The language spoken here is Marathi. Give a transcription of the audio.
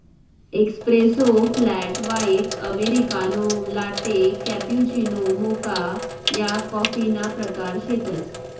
espresso, flat white, americano, latte, cappuccino, mocha या कॉफीना प्रकार शेतसं